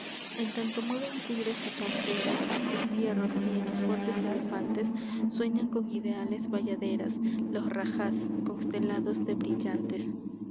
en tanto mueven tigres y panteras sus hierros y en los fuertes elefantes sueñan con ideales bayaderas los rajahs constelados de brillantes o